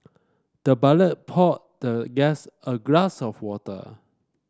the butler poured the guest a glass of water